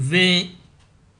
כל